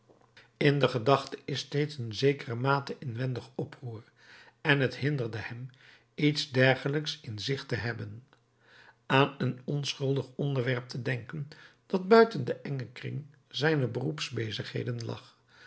in de gedachte is steeds een zekere mate inwendig oproer en het hinderde hem iets dergelijks in zich te hebben aan een onschuldig onderwerp te denken dat buiten den engen kring zijner